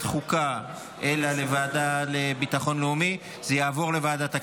החוקה אלא לוועדה לביטחון לאומי זה יעבור לוועדת הכנסת.